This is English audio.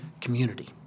community